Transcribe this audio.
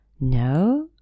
No